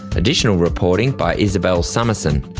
additional reporting by isabelle somerson,